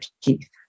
teeth